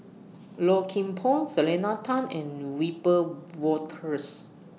Low Kim Pong Selena Tan and Wiebe Wolters